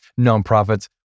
nonprofits